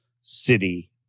City